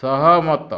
ସହମତ